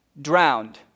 drowned